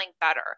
better